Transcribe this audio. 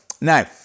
Now